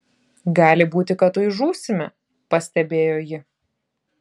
gali būti kad tuoj žūsime pastebėjo ji